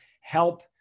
help